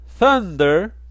Thunder